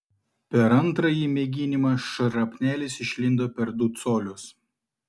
per antrąjį mėginimą šrapnelis išlindo per du colius